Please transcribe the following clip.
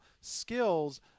skills